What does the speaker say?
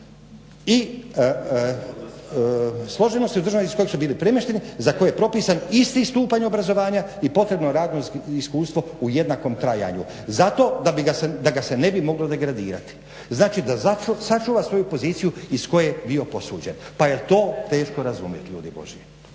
I složenosti iz kojeg su bili premješteni za koje je propisan isti stupanj obrazovanja i potrebno radno iskustvo u jednakom trajanju zato da ga se ne bi moglo degradirati. Znači, da sačuva svoju poziciju iz koje je bio posuđen. Pa je li to teško razumjeti ljudi božji?